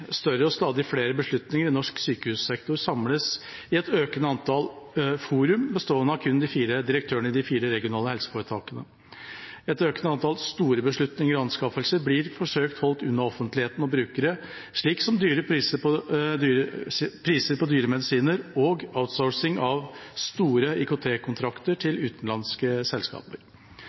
større og stadig flere beslutninger i norsk sykehussektor samles i et økende antall fora, bestående av kun de fire direktørene i de fire regionale helseforetakene. Et økende antall store beslutninger om anskaffelser blir forsøkt holdt unna offentlighet og brukere, som priser på dyre medisiner og outsourcing av store IKT-kontrakter til utenlandske selskaper.